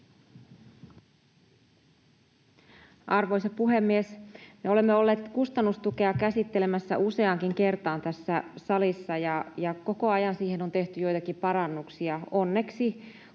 Arvoisa puhemies! Me olemme olleet kustannustukea käsittelemässä useaankin kertaan tässä salissa, ja koko ajan siihen on tehty joitakin parannuksia — onneksi, koska näyttää